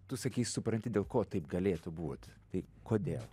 tu sakei supranti dėl ko taip galėtų būt tai kodėl